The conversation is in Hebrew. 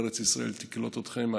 ארץ ישראל תקלוט אתכם.